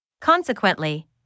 Consequently